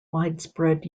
widespread